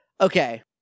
Okay